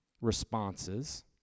responses